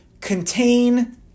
contain